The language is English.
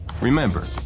Remember